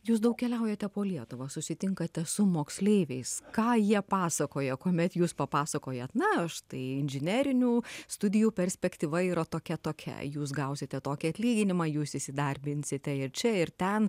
jūs daug keliaujate po lietuvą susitinkate su moksleiviais ką jie pasakoja kuomet jūs papasakojat na štai inžinerinių studijų perspektyva yra tokia tokia jūs gausite tokį atlyginimą jūs įsidarbinsite ir čia ir ten